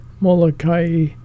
Molokai